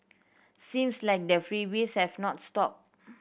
seems like the freebies have not stopped